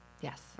Yes